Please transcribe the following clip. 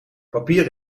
papier